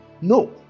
No